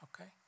Okay